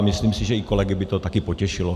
Myslím, že kolegy by to taky potěšilo.